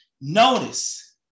Notice